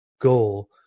goal